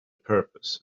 purpose